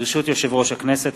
ברשות יושב-ראש הכנסת,